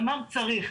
אמר צריך.